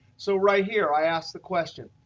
so right here i ask the question,